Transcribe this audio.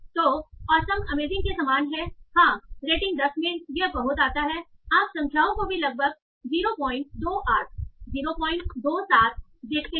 तो awesome amazing के समान है हाँ रेटिंग 10 में यह बहुत आता है आप संख्याओं को भी लगभग 028 027 देखते हैं